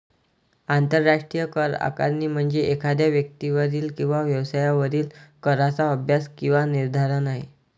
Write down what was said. आंतरराष्ट्रीय करआकारणी म्हणजे एखाद्या व्यक्तीवरील किंवा व्यवसायावरील कराचा अभ्यास किंवा निर्धारण आहे